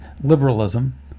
liberalism